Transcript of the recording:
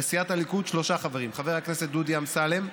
לסיעת הליכוד שלושה חברים: חבר הכנסת דודי אמסלם,